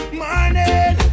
morning